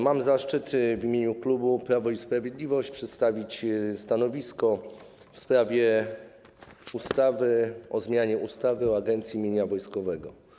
Mam zaszczyt w imieniu klubu Prawo i Sprawiedliwość przedstawić stanowisko w sprawie ustawy o zmianie ustawy o Agencji Mienia Wojskowego.